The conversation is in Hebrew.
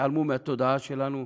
ייעלמו מהתודעה שלנו.